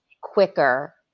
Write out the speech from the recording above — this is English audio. quicker